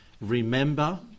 remember